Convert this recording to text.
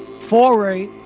foray